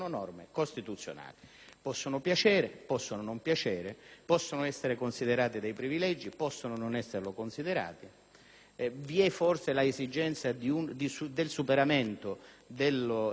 Possono piacere, possono non piacere, possono essere considerati dei privilegi e possono non esserlo considerati. Vi è forse anche l'esigenza del superamento degli Statuti speciali.